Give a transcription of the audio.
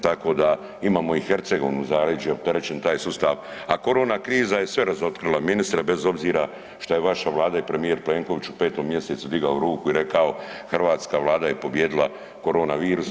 Tako da imamo i Hercegovinu, zaleđe, je opterećen taj sustav, a korona kriza je sve razotrikla, ministre bez obzira što je vaša Vlada i premijer Plenković u 5. mjesecu digao ruku i rekao: „Hrvatska Vlada je pobijedila korona virus“